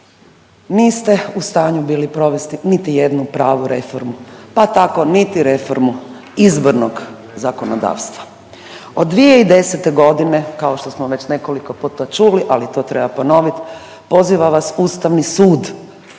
Niste u stanju bili provesti niti jednu pravu reformu, pa tako niti reformu izbornog zakonodavstva. Od 2010. godine kao što smo već nekoliko puta čuli, ali to treba ponoviti poziva vas Ustavni sud,